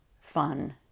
fun